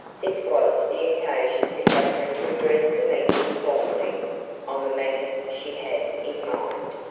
this was the occasion for katherine to address the meeting formally on the matter she had in mind.